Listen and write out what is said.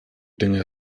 dinge